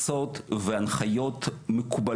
יכול להיות שהיום יגיעו אלפי בקשות מכל